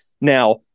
now